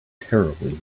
terribly